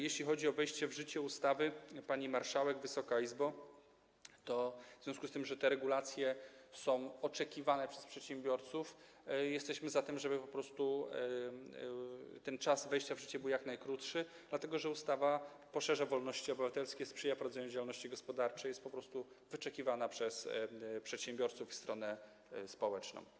Jeśli chodzi o wejście w życie ustawy, to w związku z tym, że te regulacje są oczekiwane przez przedsiębiorców, jesteśmy za tym, żeby czas wejścia w życie był jak najkrótszy, dlatego że ustawa poszerza wolności obywatelskie, sprzyja prowadzeniu działalności gospodarczej, jest po prostu wyczekiwana przez przedsiębiorców i stronę społeczną.